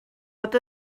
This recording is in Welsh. bod